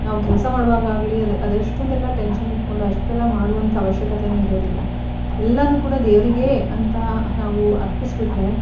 ನಾವು ಕೆಲಸ ಮಾಡುವಾಗ ಆಗಲಿ ಅದೆಷ್ಟೊಂದೆಲ್ಲ ಟೆನ್ಷನ್ ಹಿಡ್ಕೊಂಡು ಅಷ್ಟೆಲ್ಲ ಮಾಡುವಂಥ ಅವಶ್ಯಕತೆಯೇ ಇರೋದಿಲ್ಲ ಎಲ್ಲನೂ ಕೂಡ ದೇವರಿಗೇ ಅಂತ ನಾವು ಅರ್ಪಿಸಿ ಬಿಟ್ಟರೆ